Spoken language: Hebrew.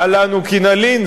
מה לנו כי נלין?